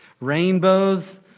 rainbows